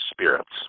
spirits